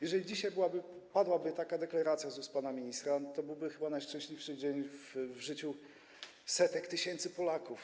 Jeżeli dzisiaj padłaby taka deklaracja z ust pana ministra, to byłby chyba najszczęśliwszy dzień w życiu setek tysięcy Polaków.